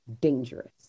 dangerous